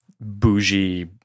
bougie